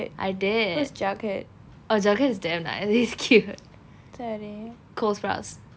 I did oh jughead is damn nice he's cute cole sprouse